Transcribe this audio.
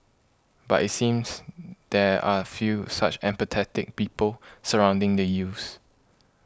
but it seems there are few such empathetic people surrounding the youths